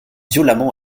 violemment